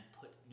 put